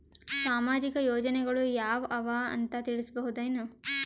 ಸಾಮಾಜಿಕ ಯೋಜನೆಗಳು ಯಾವ ಅವ ಅಂತ ತಿಳಸಬಹುದೇನು?